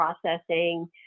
processing